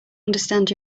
understand